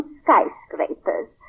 skyscrapers